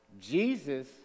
Jesus